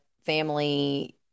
family